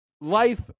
life